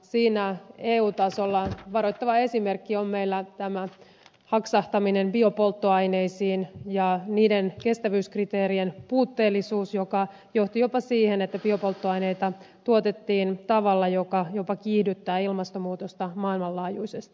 siinä eu tasolla varoittava esimerkki on meillä tämä haksahtaminen biopolttoaineisiin ja niiden kestävyyskriteerien puutteellisuus joka johti jopa siihen että biopolttoaineita tuotettiin tavalla joka jopa kiihdyttää ilmastonmuutosta maailmanlaajuisesti